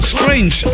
Strange